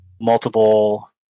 multiple